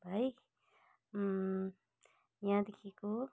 है यहाँदेखिको हो